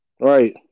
Right